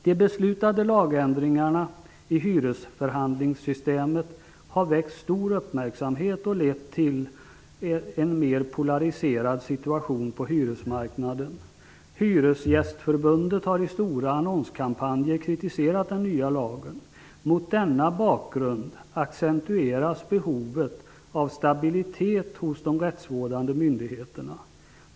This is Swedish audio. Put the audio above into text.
De beslutade lagändringarna i hyresförhandlingssystemet har väckt stor uppmärksamhet och har lett till en mer polariserad situation på hyresmarknaden. Hyresgästförbundet har i stora annonskampanjer kritiserat den nya lagen. Mot denna bakgrund accentueras behovet av stabilitet hos de rättsvårdande myndigheterna.